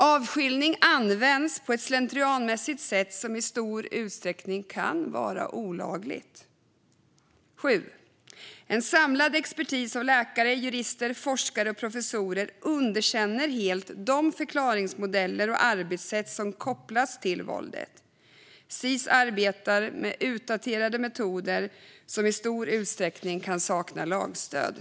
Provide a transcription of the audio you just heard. Avskiljning används på ett slentrianmässigt sätt som i stor utsträckning kan vara olagligt. För det sjunde: En samlad expertis av läkare, jurister, forskare och professorer underkänner helt de förklaringsmodeller och arbetssätt som kopplas till våldet. Sis arbetar med utdaterade metoder som i stor utsträckning kan sakna lagstöd.